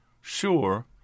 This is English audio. sure